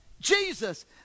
Jesus